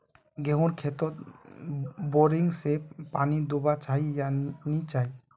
गेँहूर खेतोत बोरिंग से पानी दुबा चही या नी चही?